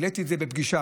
העליתי את זה בפגישה.